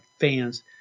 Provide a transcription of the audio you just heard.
fans